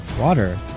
water